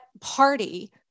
Party